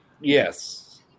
Yes